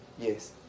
Yes